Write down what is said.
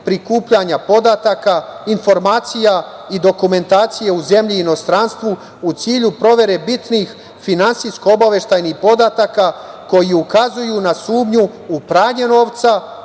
prikupljanja podataka, informacija i dokumentacija u zemlji i inostranstvu u cilju provere bitnih finansijsko-obaveštajnih podataka, koji ukazuju na sumnju u pranje novca,